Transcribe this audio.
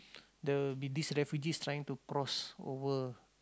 there will be this refugees trying to cross over